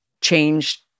changed